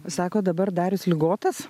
sakot dabar darius ligotas